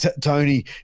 Tony